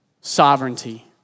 sovereignty